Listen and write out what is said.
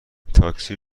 تاکسی